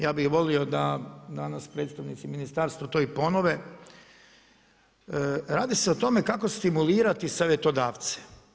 Ja bi volio da danas predstavnici ministarstva to i ponove, radi se o tome kako stimulirati savjetodavce.